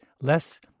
less